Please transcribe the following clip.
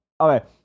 Okay